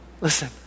Listen